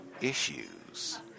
issues